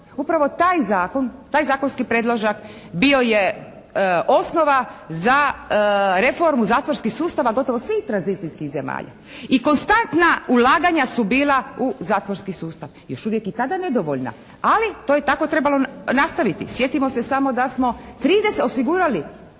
Upravo taj Zakon, taj zakonski predložak bio je osnova za reformu zatvorskih sustava gotovo svih tranzicijskih zemalja i konstanta ulaganja su bila u zatvorski sustav. Još uvijek i tada nedovoljna, ali to je tako trebalo nastaviti. Sjetimo se samo da smo osigurali